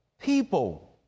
people